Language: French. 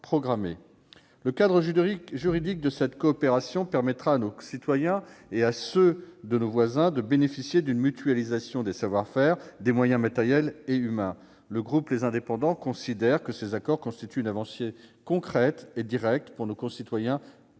Le cadre juridique de cette coopération permettra à nos citoyens et à ceux des deux pays voisins de bénéficier d'une mutualisation des savoir-faire, des moyens matériels et humains. Le groupe Les Indépendants considère que ces accords constituent une avancée concrète et directe pour nos concitoyens frontaliers,